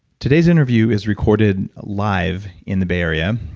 today's interview is recorded live in the bay area,